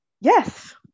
yes